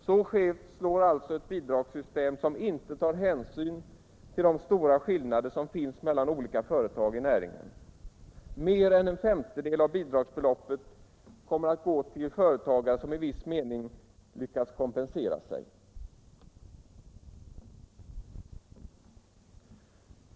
Så skevt slår alltså ett bidragssystem som inte tar hänsyn till de stora skillnader som finns mellan olika företag i näringen. Mer än en femtedel av bidragsbeloppet kommer att gå till företagare som i viss mening har lyckats kompensera sig.